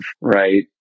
right